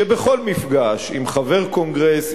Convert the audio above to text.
שבכל מפגש עם חבר קונגרס,